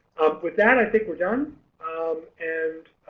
with that i think we're done um and